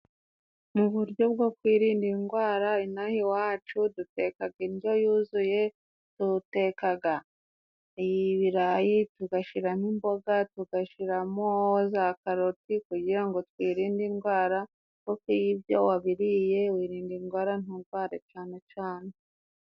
Mu buryo bwo kwirinda indwara inaha iwacu dutekaga indyo yuzuye; dutekaga ibirayi tugashiramo imboga ,tugashyiraramo za karoti ,kugira ngo twirinde indwara kuko iyo ibyo wabiririye wirinda indwara nturware cane cane.